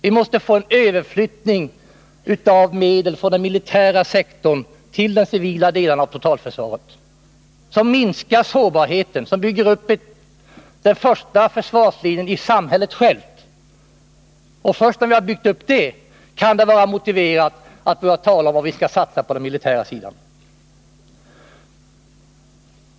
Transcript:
Vi måste få en överflyttning av medel från den militära sektorn till de civila delarna av totalförsvaret, något som minskar sårbarheten och bygger upp den första försvarslinjen i samhället självt. Först då vi har byggt upp den kan det vara motiverat att börja tala om vad vi skall satsa på den militära sidan.